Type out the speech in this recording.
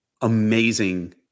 amazing